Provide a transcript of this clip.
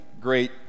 great